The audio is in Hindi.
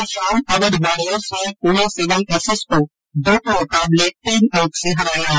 कल शाम अवध वारियर्स ने पुणे सेवन एसिस को दो के मुकाबर्ल तीन अंक से हराया